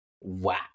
wow